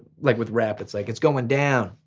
like with rap it's like, it's going down,